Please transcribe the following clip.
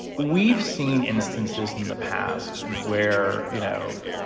we've seen instances in the past where, you know,